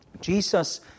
Jesus